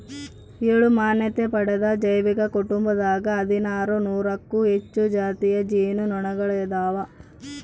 ಏಳು ಮಾನ್ಯತೆ ಪಡೆದ ಜೈವಿಕ ಕುಟುಂಬದಾಗ ಹದಿನಾರು ನೂರಕ್ಕೂ ಹೆಚ್ಚು ಜಾತಿಯ ಜೇನು ನೊಣಗಳಿದಾವ